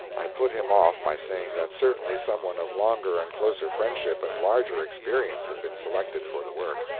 i put him off by saying that certainly some one of longer and closer friendship and larger experience had been selected for the work.